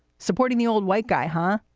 supporting the old white guy, huh?